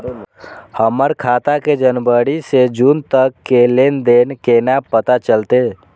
हमर खाता के जनवरी से जून तक के लेन देन केना पता चलते?